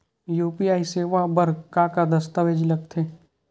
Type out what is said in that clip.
UPI सेवा बर का का दस्तावेज लगथे?